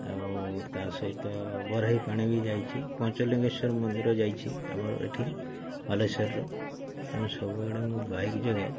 ଆଉ ତା ସହିତ ବରାହିପାଣି ବି ଯାଇଛି ପଞ୍ଚଲିଙ୍ଗେଶ୍ୱର ମନ୍ଦିର ଯାଇଛି ଆମର ଏଠି ବାଲେଶ୍ୱରର ତେଣୁ ସବୁଆଡ଼େ ମୁଁ ବାଇକ୍ ଯୋଗେ